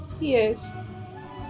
Yes